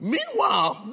Meanwhile